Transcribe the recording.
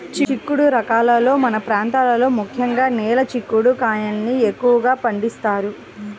చిక్కుడు రకాలలో మన ప్రాంతంలో ముఖ్యంగా నేల చిక్కుడు కాయల్ని ఎక్కువగా పండిస్తారు